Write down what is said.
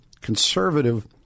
conservative